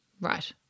Right